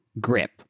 grip